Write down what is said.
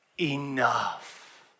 enough